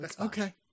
okay